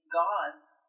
gods